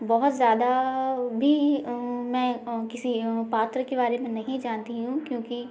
बहुत ज़्यादा अ भी मैं अ किसी अ पात्र के बारे में नहीं जानती हूँ क्योंकि